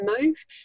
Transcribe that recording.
move